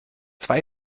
zwei